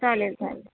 चालेल चालेल